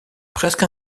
presque